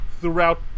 throughout